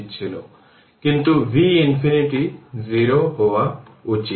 সুতরাং যে কোন সময় যে কোন স্থানে যে কোন বিন্দু গ্রহণ করলে ডেরিভেটিভ dvdt হবে 0